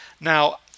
Now